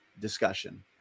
discussion